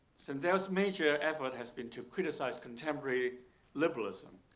sandel's major effort has been to criticize contemporary liberalism,